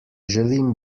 želim